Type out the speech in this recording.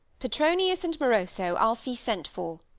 petronius and moroso i'll see sent for,